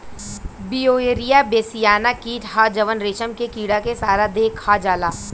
Beauveria bassiana कीट ह जवन रेशम के कीड़ा के सारा देह खा जाला